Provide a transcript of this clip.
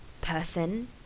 person